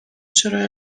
چرا